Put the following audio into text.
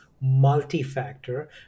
multi-factor